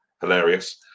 hilarious